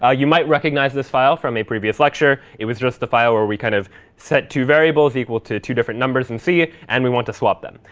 ah you might recognize this file from a previous lecture. it was just the file where we kind of set two variables equal to two different numbers in c, and we want to swap them.